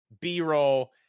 B-roll